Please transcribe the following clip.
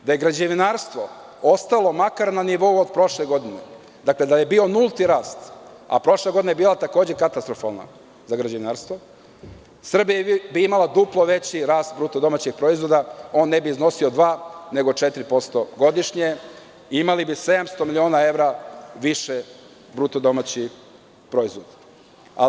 Da je građevinarstvo ostalo makar na nivou od prošle godine, dakle, da je bio nulti rast, a prošla godina je bila takođe katastrofalna za građevinarstvo, Srbija bi imala duplo veći rast BDP, on ne bi iznosio 2% nego 4% godišnje i imali bi 700 miliona evra više BDP.